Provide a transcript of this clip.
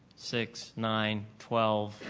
six, nine, twelve,